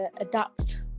adapt